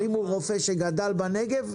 אבל אם הוא רופא שגדל בנגב,